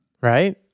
Right